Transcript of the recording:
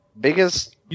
Biggest